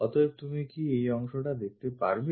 অতএব তুমি কি এই অংশটি দেখাতে পারবে